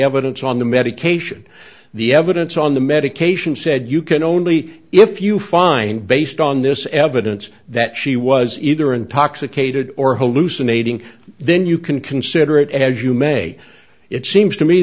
evidence on the medication the evidence on the medication said you can only if you find based on this evidence that she was either intoxicated or hallucinating then you can consider it as you may it seems to me